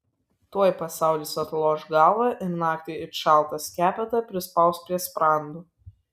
tuoj pasaulis atloš galvą ir naktį it šaltą skepetą prispaus prie sprando